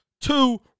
two